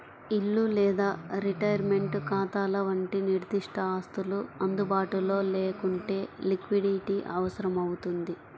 ఇల్లు లేదా రిటైర్మెంట్ ఖాతాల వంటి నిర్దిష్ట ఆస్తులు అందుబాటులో లేకుంటే లిక్విడిటీ అవసరమవుతుంది